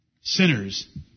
sinners